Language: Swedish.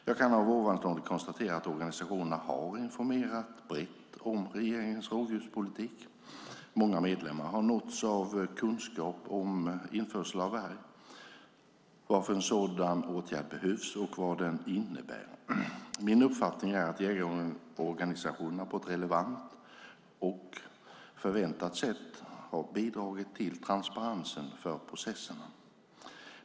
Jag kan av ovanstående konstatera att organisationerna har informerat brett om regeringens rovdjurspolitik. Många medlemmar har nåtts av kunskap om införsel av varg, varför en sådan åtgärd behövs och vad den innebär. Min uppfattning är att jägarorganisationerna på ett relevant och förväntat sätt har bidragit till transparens för processerna.